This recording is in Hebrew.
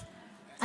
ויבחרו,